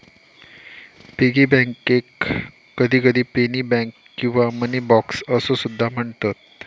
piggy बँकेक कधीकधी penny bank किंवा मनी बॉक्स असो सुद्धा म्हणतत